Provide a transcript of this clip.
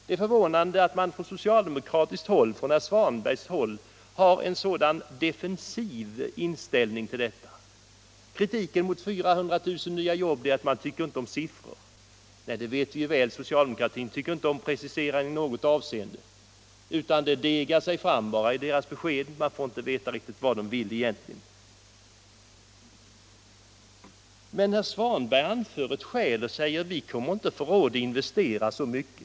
Det förvånar mig att man på socialdemokratiskt håll — exempelvis herr Svanberg — har en sådan defensiv inställning till detta. Kritiken mot 400 000 nya jobb är att man inte tycker om siffror. Nej, det vet vi mycket väl — socialdemokratin tycker inte om preciseringar i något avseende. Man får egentligen inte riktigt veta vad de vill. Men herr Svanberg anför ett skäl och säger: Vi kommer inte att få råd att investera så mycket.